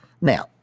Now